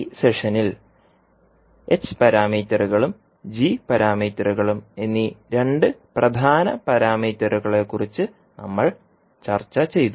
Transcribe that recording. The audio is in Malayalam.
ഈ സെഷനിൽ h പാരാമീറ്ററുകളും g പാരാമീറ്ററുകളും എന്നീ രണ്ട് പ്രധാന പാരാമീറ്ററുകളെക്കുറിച്ച് നമ്മൾ ചർച്ചചെയ്തു